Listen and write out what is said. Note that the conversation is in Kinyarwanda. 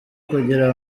kugira